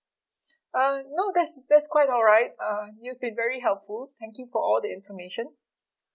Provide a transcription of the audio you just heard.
uh no that's that's quite alright uh you've been very helpful thank you for all the information